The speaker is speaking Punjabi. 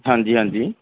ਹਾਂਜੀ ਹਾਂਜੀ